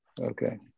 Okay